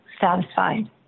satisfied